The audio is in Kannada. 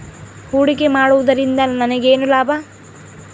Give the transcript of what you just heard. ಹೂಡಿಕೆ ಮಾಡುವುದರಿಂದ ನನಗೇನು ಲಾಭ?